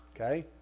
okay